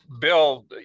Bill